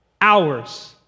hours